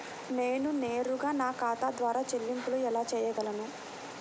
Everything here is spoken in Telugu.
నేను నేరుగా నా ఖాతా ద్వారా చెల్లింపులు ఎలా చేయగలను?